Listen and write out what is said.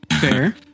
Fair